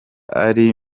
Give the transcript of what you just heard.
ari